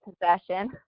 possession